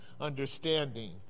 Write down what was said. understanding